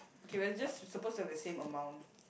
okay we're just we're supposed to have the same amount